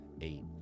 eight